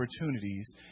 opportunities